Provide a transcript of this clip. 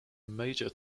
major